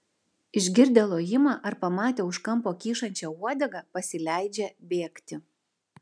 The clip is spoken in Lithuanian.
išgirdę lojimą ar pamatę už kampo kyšančią uodegą pasileidžia bėgti